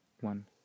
one